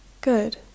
Good